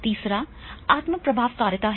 तीसरा आत्म प्रभावकारिता है